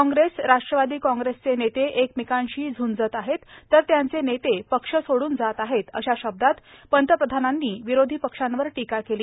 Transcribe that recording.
कांग्रेस राष्ट्रवादी कांग्रेसचे नेते एकमेकांशी झूंजत आहेत तर त्यांचे नेते पक्ष सोडून जात आहेत अशा शब्दात पंतप्रधानांनी विरोधी पक्षांवर टीका केली